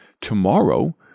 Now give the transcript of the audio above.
Tomorrow